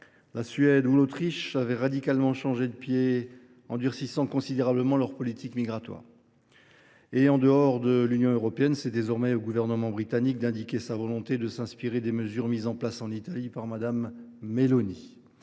la Suède ou l’Autriche avaient radicalement changé de pied en durcissant considérablement leur politique migratoire. En dehors de l’Union européenne, c’est désormais au gouvernement britannique d’indiquer sa volonté de s’inspirer des mesures mises en place en Italie par Mme Meloni.